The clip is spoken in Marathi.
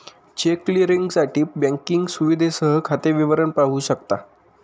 चेक क्लिअरिंगसाठी बँकिंग सुविधेसह खाते विवरण पाहू शकता